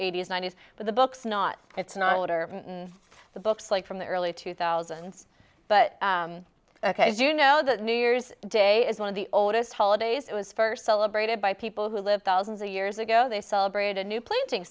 eighty's ninety's but the book's not it's not older than the books like from the early two thousand but as you know that new year's day is one of the oldest holidays it was first celebrated by people who live thousands of years ago they celebrate a new planting